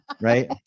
right